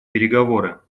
переговоры